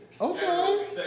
Okay